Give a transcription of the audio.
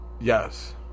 Yes